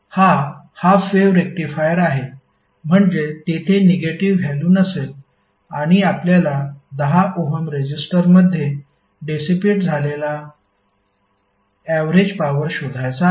हा half wave rectifier आहे म्हणजे तेथे निगेटिव्ह व्हॅल्यु नसेल आणि आपल्याला 10 ओहम रेजिस्टरमध्ये डेसीपेट झालेला ऍवरेज पॉवर शोधायचा आहे